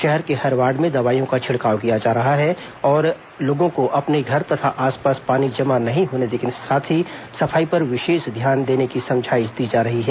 शहर के हर वार्ड में दवाईयों का छिड़काव किया जा रहा है और लोगों को अपने घर तथा आस पास पानी जमा नहीं होने देने के साथ ही सफाई पर विशेष ध्यान देने की समझाइश दी जा रही है